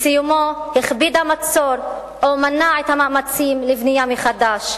בסיומו הכביד המצור או מנע את המאמצים לבנייה מחדש.